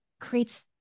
creates